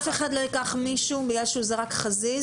אף אחד לא ייקח מישהו שזרק חזיז